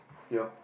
ya